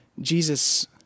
Jesus